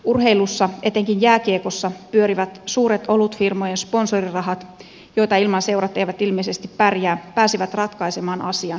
urheilussa etenkin jääkiekossa pyörivät suuret olutfirmojen sponsorirahat joita ilman seurat eivät ilmeisesti pärjää pääsivät ratkaisemaan asian ikävä kyllä